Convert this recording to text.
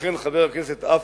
לכן, חבר הכנסת עפו,